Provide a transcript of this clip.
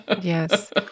Yes